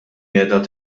qiegħda